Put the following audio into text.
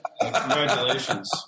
Congratulations